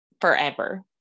forever